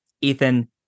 Ethan